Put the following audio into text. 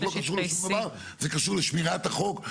זה קשור לשמירת החוק,